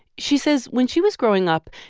she says when she was growing up,